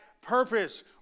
purpose